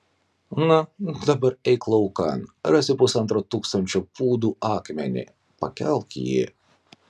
na dabar eik laukan rasi pusantro tūkstančio pūdų akmenį pakelk jį